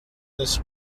this